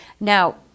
now